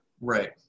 right